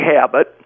habit